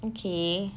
okay